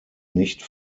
nicht